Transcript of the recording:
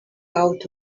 out